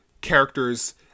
characters